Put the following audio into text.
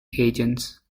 agents